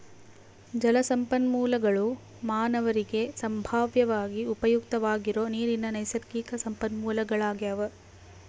ಜಲಸಂಪನ್ಮೂಲಗುಳು ಮಾನವರಿಗೆ ಸಂಭಾವ್ಯವಾಗಿ ಉಪಯುಕ್ತವಾಗಿರೋ ನೀರಿನ ನೈಸರ್ಗಿಕ ಸಂಪನ್ಮೂಲಗಳಾಗ್ಯವ